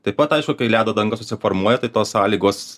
taip pat aišku kai ledo danga susiformuoja tai tos sąlygos